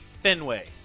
Fenway